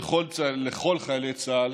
לכל חיילי צה"ל